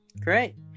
Great